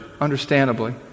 understandably